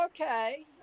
okay